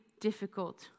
difficult